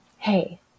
Hey